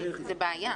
אבל זו בעיה.